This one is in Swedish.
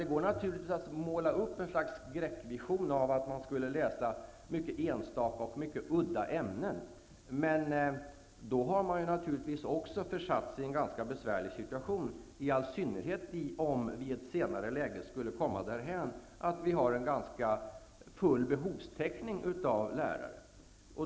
Det går naturligtvis att måla upp en skräckvision av att studenterna skulle läsa mycket enstaka och mycket udda ämnen. Men då har man naturligtvis också försatt sig i en ganska besvärlig situation, i all synnerhet om vi i ett senare läge skulle komma därhän att vi har nära nog full behovstäckning av lärare.